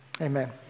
Amen